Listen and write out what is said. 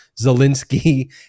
Zelensky